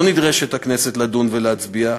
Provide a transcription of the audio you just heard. הכנסת לא נדרשת לדון או להצביע,